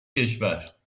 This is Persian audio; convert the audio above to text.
کشور